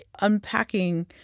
unpacking